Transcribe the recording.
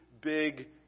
big